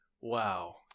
wow